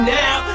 now